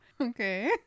Okay